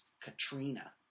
katrina